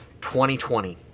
2020